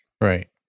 Right